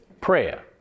prayer